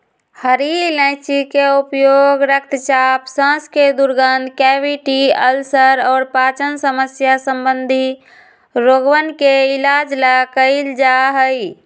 हरी इलायची के उपयोग रक्तचाप, सांस के दुर्गंध, कैविटी, अल्सर और पाचन समस्या संबंधी रोगवन के इलाज ला कइल जा हई